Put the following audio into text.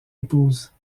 épouse